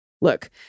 Look